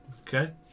Okay